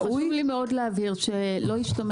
סליחה, ראוי לי מאוד להבהיר שלא השתמע